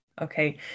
Okay